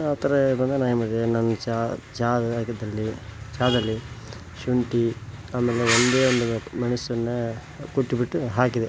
ಆ ಥರ ಇವಾಗ ನಾ ಏನು ಮಾಡಿದೆ ನನ್ನ ಚಾ ಚಾ ಜಾಗದಲ್ಲಿ ಚಾದಲ್ಲಿ ಶುಂಠಿ ಆಮೇಲೆ ಒಂದೇ ಒಂದು ಮೆಣಸನ್ನು ಕುಟ್ಟಿಬಿಟ್ಟು ಹಾಕಿದೆ